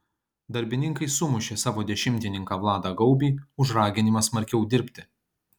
darbininkai sumušė savo dešimtininką vladą gaubį už raginimą smarkiau dirbti